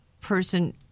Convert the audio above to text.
person